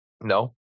No